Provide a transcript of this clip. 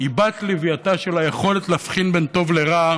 היא בת לווייתה של היכולת להבחין בין טוב לרע.